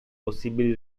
possibili